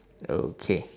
okay